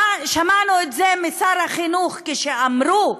שמענו את זה משר החינוך, כשאמרו: